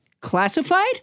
classified